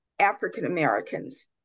African-Americans